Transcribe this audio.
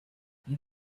you